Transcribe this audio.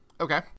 Okay